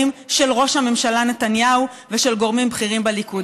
של ראש הממשלה נתניהו ושל גורמים בכירים בליכוד.